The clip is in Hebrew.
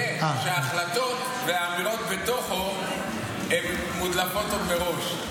שההחלטות והאמירות בתוכו מודלפות עוד מראש,